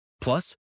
Plus